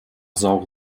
saure